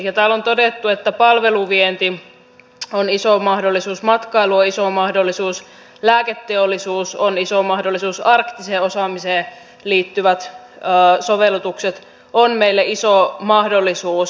täällä on todettu että palveluvienti on iso mahdollisuus matkailu on iso mahdollisuus lääketeollisuus on iso mahdollisuus arktiseen osaamiseen liittyvät sovellutukset ovat meille iso mahdollisuus